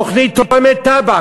תוכנית תואמת תב"ע,